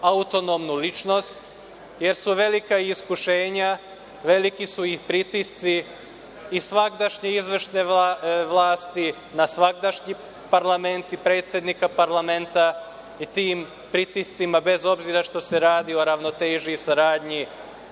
autonomnu ličnost jer su velika iskušenja, veliki su pritisci i svagdašnje izvršne vlasti na svagdašnji parlament i predsednika parlamenta. Tim pritiscima bez obzira što se radi o ravnoteži i saradnji